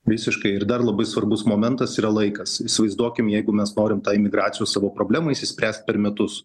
visiškai ir dar labai svarbus momentas yra laikas įsivaizduokim jeigu mes norim ta emigracija savo problemą išsispręst per metus